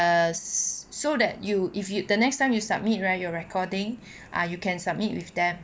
so that you if you the next time you submit right your recording ah you can submit with them